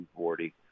240